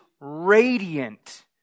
radiant